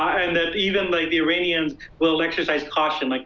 and that even like the iranians will exercise caution. like